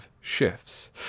shifts